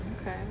Okay